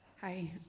Hi